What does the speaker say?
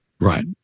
Right